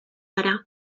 gara